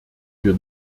wir